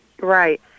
Right